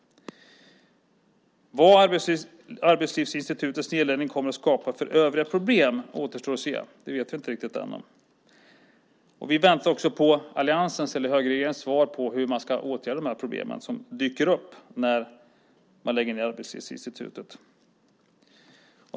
Vilka övriga problem som nedläggningen av Arbetslivsinstitutet kommer att skapa återstår att se. Det vet vi inte riktigt än. Vi väntar också på alliansens eller högerregeringens svar på hur man ska åtgärda de problem som dyker upp när man lägger ned Arbetslivsinstitutet.